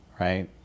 right